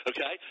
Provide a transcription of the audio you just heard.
Okay